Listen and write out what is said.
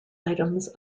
items